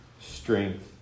strength